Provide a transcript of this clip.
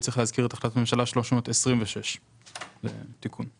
צריך להזכיר את החלטת הממשלה 326. בסדר.